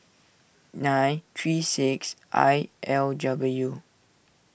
nine three six I L W